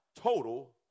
total